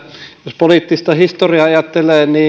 jos poliittista historiaa ajattelee